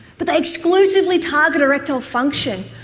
but they exclusively target erectile function,